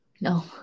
No